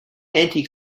anti